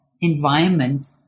environment